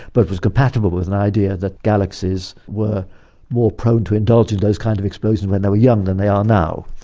but was compatible with an idea that galaxies were more prone to indulge in those kinds of explosions when they were young than they are now.